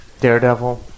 daredevil